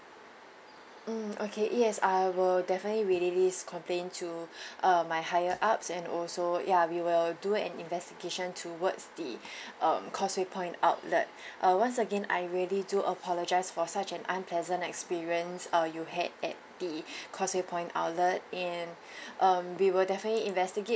mm okay yes I will definitely relay this complaint to uh my higher ups and also yeah we will do an investigation towards the um causeway point outlet uh once again I really do apologise for such an unpleasant experience uh you had at the causeway point outlet and um we will definitely investigate